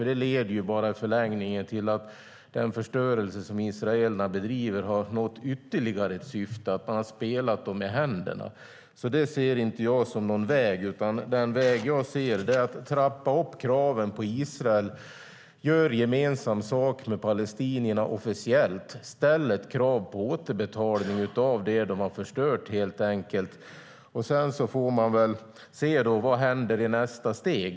Det leder ju i förlängningen bara till att den förstörelse som israelerna bedriver har nått ytterligare ett syfte, att man har spelat dem i händerna. Det ser inte jag som någon väg, utan den väg jag ser är att trappa upp kraven på Israel. Gör gemensam sak med palestinierna officiellt! Ställ krav på återbetalning av det de har förstört helt enkelt! Sedan får man väl se vad som händer i nästa steg.